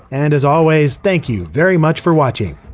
and as always, thank you very much for watching!